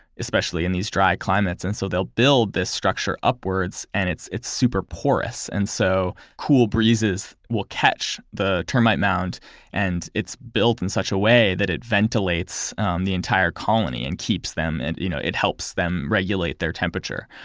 especially in these dry climates. and so they'll build this structure upwards and it's it's super porous. and so cool breezes will catch the termite mound and it's built in such a way that it ventilates the entire colony, and keeps them, you know it helps them regulate their temperature.